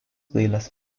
dailės